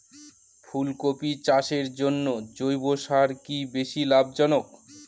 ফুলকপি চাষের জন্য জৈব সার কি বেশী লাভজনক?